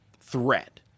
threat